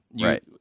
Right